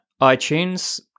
itunes